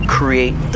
create